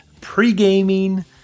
pre-gaming